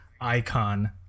icon